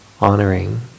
honoring